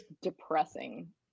depressing